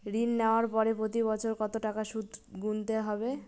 ঋণ নেওয়ার পরে প্রতি বছর কত টাকা সুদ গুনতে হবে?